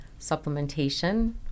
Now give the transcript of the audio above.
supplementation